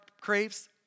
craves